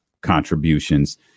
contributions